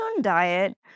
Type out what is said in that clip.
diet